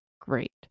Great